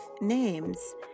names